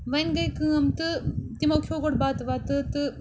وۄنۍ گٔے کٲم تہٕ تِمو کھیوٚو گۄڈٕ بَتہٕ وَتہٕ تہٕ